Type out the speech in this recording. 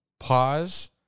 Pause